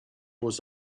was